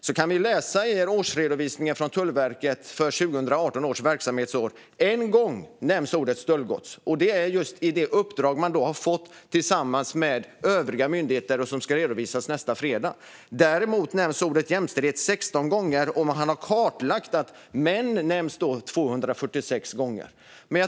Då kan vi läsa i årsredovisningen från Tullverket för 2018 års verksamhetsår. En gång nämns ordet stöldgods, och det är i det uppdrag som verket har fått tillsammans med övriga myndigheter och som ska redovisas nästa fredag. Däremot nämns ordet jämställdhet 16 gånger, och man har kartlagt att män nämns 246 gånger.